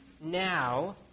now